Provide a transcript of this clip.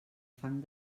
fang